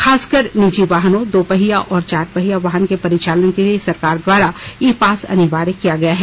खासकर निजी वाहनों दो पहिया और चार पहिया वाहन के परिचालन के लिए सरकार द्वारा ई पास अनिवार्य किया गया है